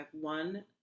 one